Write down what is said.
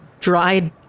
Dried